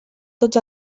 tots